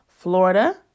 Florida